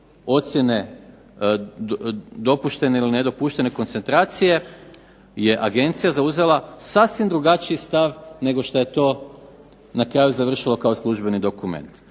verziji dopuštene ili nedopuštene koncentracije je agencija zauzela sasvim drugačiji stav nego što je to na kraju završilo kao služeni dokument.